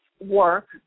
work